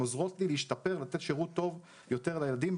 הן עוזרות לי להשתפר ולתת שירות טוב יותר לילדים.